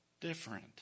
different